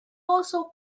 also